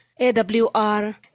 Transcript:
AWR